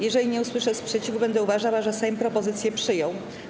Jeżeli nie usłyszę sprzeciwu, będę uważała, że Sejm propozycję przyjął.